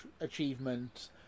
achievement